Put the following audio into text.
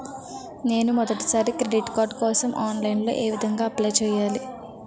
నేను మొదటిసారి credit card కోసం ఆన్లైన్ లో ఏ విధంగా అప్లై చేయాలి?